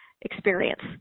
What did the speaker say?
experience